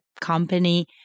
company